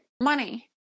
Money